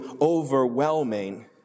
overwhelming